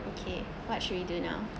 okay what should we do now